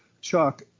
Chuck